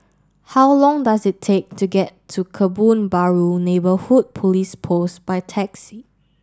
how long does it take to get to Kebun Baru Neighbourhood Police Post by taxi